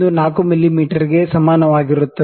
4 ಮಿಮೀಗೆ ಸಮಾನವಾಗಿರುತ್ತದೆ